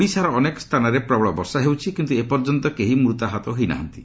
ଓଡ଼ିଶାର ଅନେକ ସ୍ଥାନରେ ପ୍ରବଳ ବର୍ଷା ହେଉଛି କିନ୍ତୁ ଏପର୍ଯ୍ୟନ୍ତ କେହି ମୃତାହତ ହୋଇନାହାନ୍ତି